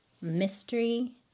Mystery